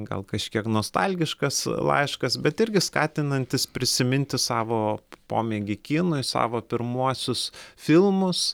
gal kažkiek nostalgiškas laiškas bet irgi skatinantis prisiminti savo pomėgį kinui savo pirmuosius filmus